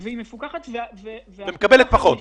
היא מקבלת פחות.